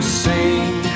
sing